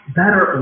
better